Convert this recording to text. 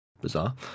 bizarre